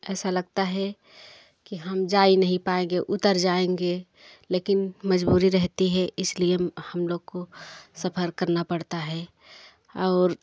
ऐसा लगता है कि हम जा ही नहीं पाएंगे उतर जाएंगे लेकिन मजबूरी रहती है इसलिए हम लोग को सफर करना पड़ता है और